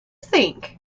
think